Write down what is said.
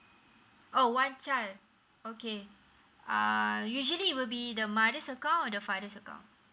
oh one child okay uh usually will be the mother's account or the father's account